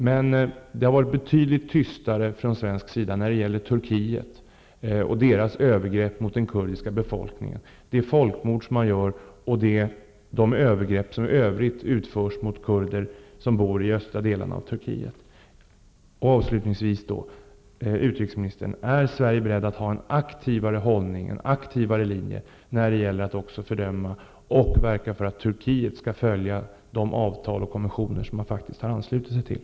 Men det har varit betydligt tystare från Sveriges sida när det gäller Turkiets övergrepp mot den kurdiska befolkningen, de folkmord som begås och övergrepp i övrigt mot kurder i östra delarna av Fru utrikesminister: Är Sverige berett att ha en aktivare hållning, en aktivare linje när det gäller att fördöma sådana här övergrepp och att verka för att Turkiet följer de avtal och konventioner som det faktiskt har anslutit sig till?